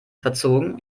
verzogen